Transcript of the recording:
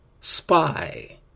spy